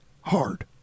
Hard